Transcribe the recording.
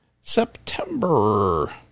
September